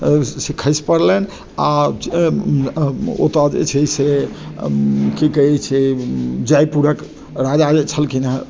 से खसि परलनि आ ओतऽ जे छै से की कहै छै जयपुरक राजा जे छलखिन हँ से